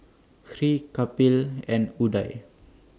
Hri Kapil and Udai